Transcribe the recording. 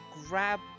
grab